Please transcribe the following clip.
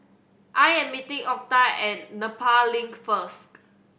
I am meeting Octa at Nepal Link first